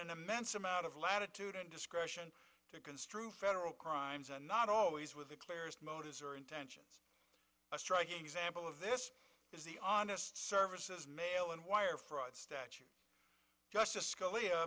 an immense amount of latitude and discretion to construe federal crimes and not always with the clearest motives or intention of striking example of this is the honest services mail and wire fraud statute justice scalia